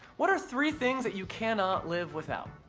what are three things that you cannot live without?